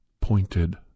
pointed